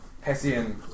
Hessian